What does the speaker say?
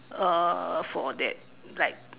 uh for that like